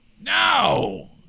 No